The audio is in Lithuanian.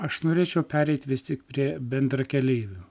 aš norėčiau pereiti vis tik prie bendrakeleivių